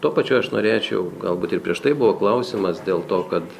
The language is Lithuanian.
tuo pačiu aš norėčiau galbūt ir prieš tai buvo klausimas dėl to kad